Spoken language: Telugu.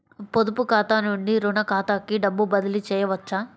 పొదుపు ఖాతా నుండీ, రుణ ఖాతాకి డబ్బు బదిలీ చేయవచ్చా?